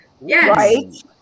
Yes